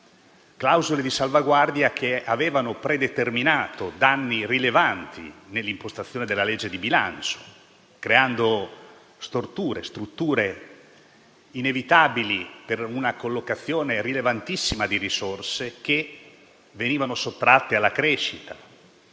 clausole di salvaguardia, le quali avevano predeterminato danni rilevanti nell'impostazione della legge di bilancio, creando storture e strutture inevitabili per una collocazione rilevantissima di risorse che venivano sottratte alla crescita.